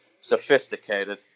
sophisticated